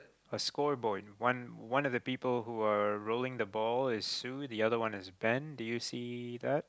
a scoreboard one one of the people who are rolling the ball is Sue the other one is Ben do you see that